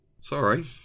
Sorry